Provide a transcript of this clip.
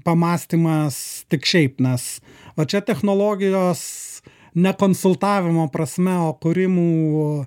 pamąstymas tik šiaip nes o čia technologijos ne konsultavimo prasme o kūrimų